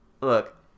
Look